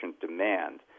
demand